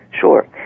Sure